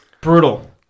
Brutal